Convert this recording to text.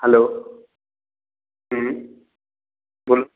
hello কে বলুন